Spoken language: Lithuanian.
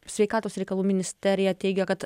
sveikatos reikalų ministerija teigia kad